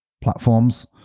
platforms